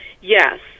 Yes